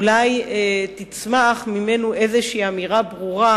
אולי תצמח ממנו איזושהי אמירה ברורה